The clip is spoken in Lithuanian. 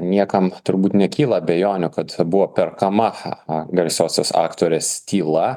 niekam turbūt nekyla abejonių kad buvo perkama garsiosios aktorės tyla